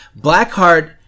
Blackheart